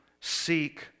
seek